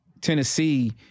Tennessee